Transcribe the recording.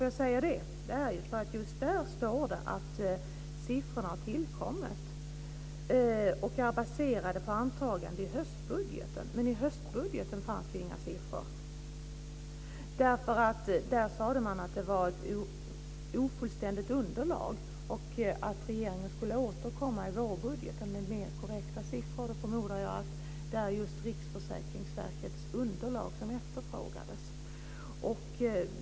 Jag säger detta därför att just där står det att siffrorna har tillkommit och är baserade på antaganden i höstbudgeten. Men i höstbudgeten fanns inga siffror. Där framkom att det var ett ofullständigt underlag och att regeringen skulle återkomma i vårbudgeten med mer korrekta siffror. Då förmodar jag att det var just Riksförsäkringsverkets underlag som efterfrågades.